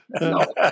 No